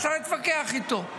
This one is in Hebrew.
אפשר להתווכח איתו.